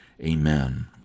Amen